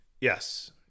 Yes